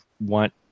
want